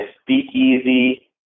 speakeasy